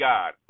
God